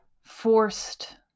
forced